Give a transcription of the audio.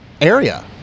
area